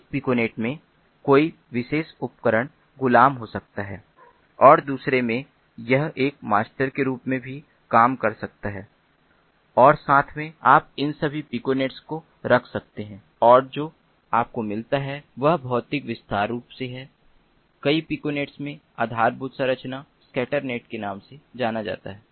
एक पिकोनेट में कोई विशेष उपकरण गुलाम हो सकता है और दूसरे मे यह एक मास्टर के रूप में भी काम कर सकता है और साथ में आप इन सभी पिकोनेट को रख सकते हैं और जो आपको मिलता है वह भौतिक विस्तार रूप से है कई पिकोनेट मे आधारभूत संरचना स्कैटरनेट के नाम से जाना जाता है